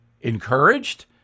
Encouraged